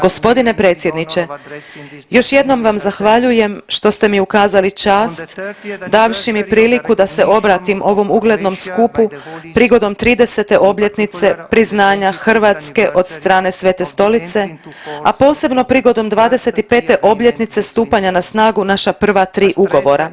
Gospodine predsjedniče još jednom vam zahvaljujem što ste mi ukazali čast davši mi priliku da se obratim ovom uglednom skupu prigodom 30 obljetnice priznanja Hrvatske od strane Svete Stolice, a posebno prigodom 25 obljetnice stupanja na snagu naša prva tri ugovora.